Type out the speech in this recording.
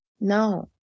No